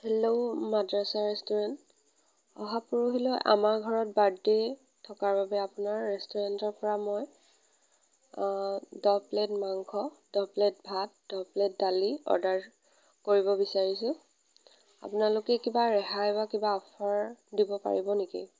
hello মাদ্ৰাছা restaurant অহা পৰহিলৈ আমাৰ ঘৰত বাৰ্থডে' থকাৰ বাবে আপোনাৰ ৰেষ্টোৰেণ্টৰ পৰা মই দহ প্লেট মাংস দহ প্লেট ভাত দহ প্লেট দালি অৰ্ডাৰ কৰিব বিচাৰিছোঁ আপোনালোকে কিবা ৰেহাই বা কিবা অফাৰ দিব পাৰিব নেকি